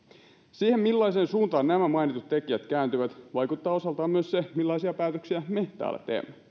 siihen millaiseen suuntaan nämä mainitut tekijät kääntyvät vaikuttaa osaltaan myös se millaisia päätöksiä me täällä teemme